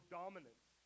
dominance